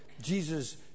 Jesus